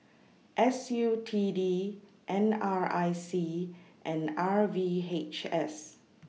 S U T D N R I C and R V H S